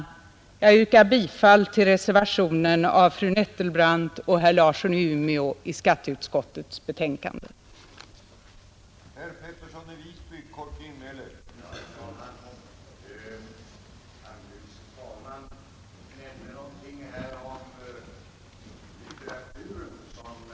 Jag yrkar bifall till reservationen 1 i skatteutskottets betänkande av fru Nettelbrandt och herr Larsson i Umeå.